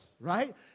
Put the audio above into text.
right